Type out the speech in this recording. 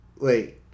Wait